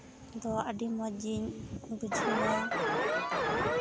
ᱫᱚ ᱟᱹᱰᱤ ᱢᱚᱡᱽ ᱤᱧ ᱵᱩᱡᱷᱟᱹᱣᱟ